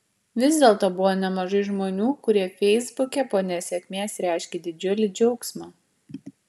vis dėlto buvo nemažai žmonių kurie feisbuke po nesėkmės reiškė didžiulį džiaugsmą